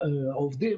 עובדים